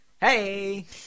hey